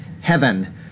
heaven